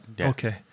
Okay